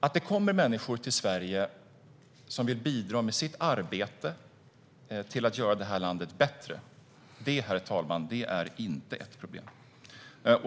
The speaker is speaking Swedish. Att det kommer människor till Sverige som med sitt arbete vill bidra till att göra det här landet bättre är inte ett problem.